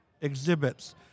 exhibits